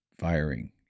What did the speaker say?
firing